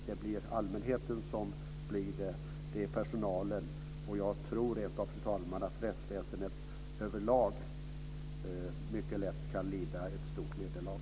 Det är allmänheten och personalen. Jag tror, fru talman, att rättsväsendet överlag kan lida ett stort nederlag.